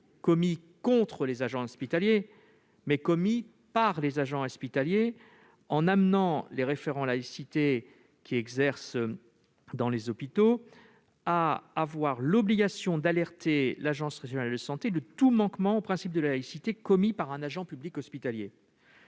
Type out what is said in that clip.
commis « contre » les agents hospitaliers, mais bien « par » les agents hospitaliers. Il amène les référents laïcité qui exercent dans les hôpitaux à avoir l'obligation d'alerter l'agence régionale de santé, l'ARS, sur tout manquement au principe de laïcité commis par un agent public hospitalier.